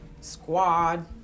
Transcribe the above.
squad